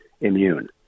immune